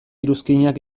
iruzkinak